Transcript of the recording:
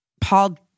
Paul